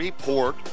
Report